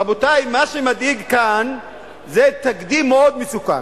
רבותי, מה שמדאיג כאן זה תקדים מאוד מסוכן,